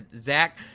Zach